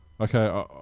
okay